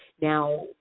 Now